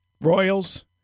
Royals